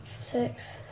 Six